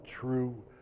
true